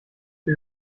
wir